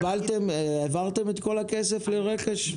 העברתם את כל הכסף לרכש?